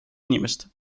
inimest